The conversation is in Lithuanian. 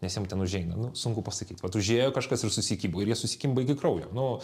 nes jiem ten užeina nu sunku pasakyt vat užėjo kažkas ir susikibo ir jie susikimba iki kraujo nu